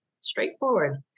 straightforward